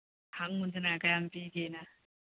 ꯍꯪꯉꯨꯗꯅ ꯀꯌꯥꯝ ꯄꯤꯒꯦꯅ